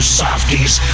softies